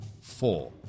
four